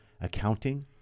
accounting